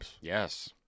Yes